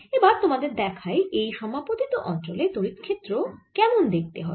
এবার তোমাদের দেখাই এই সমাপতিত অঞ্চলে তড়িৎ ক্ষেত্র কেমন দেখতে হবে